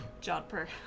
jumper